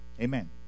Amen